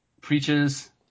preaches